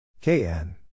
Kn